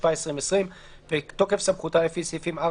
התשפ"א-2020 בתוקף סמכותה לפי סעיפים 4,